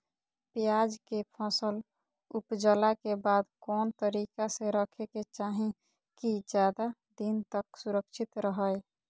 प्याज के फसल ऊपजला के बाद कौन तरीका से रखे के चाही की ज्यादा दिन तक सुरक्षित रहय?